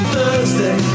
Thursday